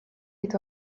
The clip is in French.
est